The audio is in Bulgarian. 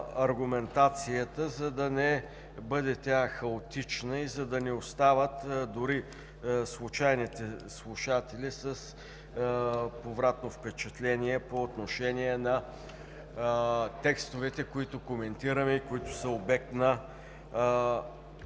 аргументацията, за да не бъде тя хаотична и да не остават дори и случайните слушатели с повратно впечатление по отношение на текстовете, които коментираме и, които са обект на